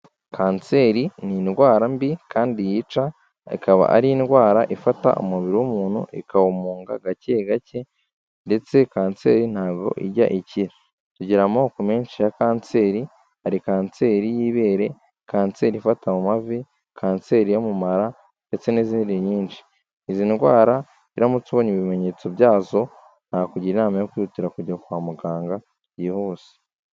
Kanseri ni indwara mbi kandi yica, ikaba ari indwara ifata umubiri w'umuntu ikawumunga gake gake ndetse kanseri ntabwo ijya ikira. Tugira amoko menshi ya kanseri, hari kanseri y'ibere, kanseri ifata mu mavi, kanseri yo mu mara ndetse n'izindi nyinshi. Izi ndwara iyo uramutse ubonye ibimenyetso byazo, nakugira inama yo kwihutira kujya kwa muganga byihuse.